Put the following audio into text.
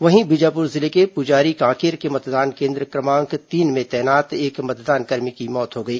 वहीं बीजापुर जिले के पुजारी कांकेर के मतदान केन्द्र क्रमांक तीन में तैनात एक मतदानकर्मी की मौत हो गई